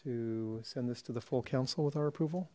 to send this to the full council with our approval